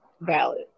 valid